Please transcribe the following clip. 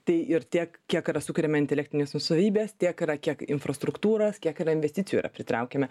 tai ir tiek kiek yra sukuriama intelektinės nuosavybės tiek yra kiek infrastruktūros kiek yra investicijų yra pritraukiame